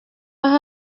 aha